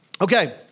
Okay